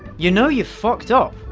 you know you f-ked up.